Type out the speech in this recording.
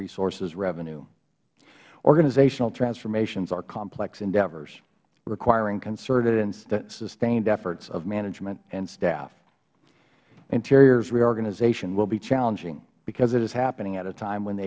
resources revenue organizational transformations are complex endeavors requiring concerted and sustained efforts of management and staff interior's reorganization will be challenging because it is happening at a time when the